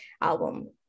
album